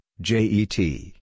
J-E-T